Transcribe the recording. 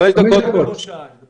חמש דקות מראש העין.